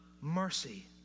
mercy